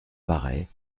paraît